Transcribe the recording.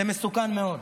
זה מסוכן מאוד.